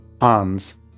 Hans